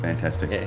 fantastic.